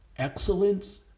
Excellence